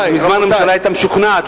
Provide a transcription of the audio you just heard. אז מזמן הממשלה היתה משוכנעת.